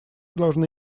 должны